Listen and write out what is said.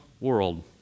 world